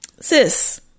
Sis